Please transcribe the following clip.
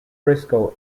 frisco